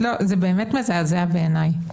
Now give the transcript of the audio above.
זה באמת מזעזע, בעיני.